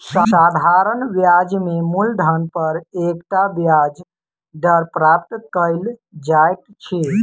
साधारण ब्याज में मूलधन पर एकता ब्याज दर प्राप्त कयल जाइत अछि